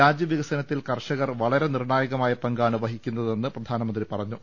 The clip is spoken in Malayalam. രാജ്യവികസനത്തിൽ കർഷകർ വളരെ നിർണാ യകമായ പങ്കാണ് വഹിക്കുന്നതെന്ന് പ്രധാനമന്ത്രി പറഞ്ഞു